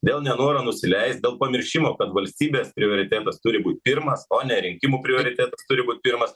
dėl nenoro nusileist dėl pamiršimo kad valstybės prioritetas turi būt pirmas o ne rinkimų prioritetas turi būt pirmas